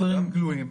גם גלויים,